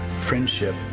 friendship